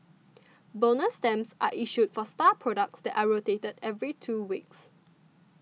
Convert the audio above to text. bonus stamps are issued for star products that are rotated every two weeks